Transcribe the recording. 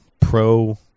pro